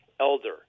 elder